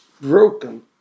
broken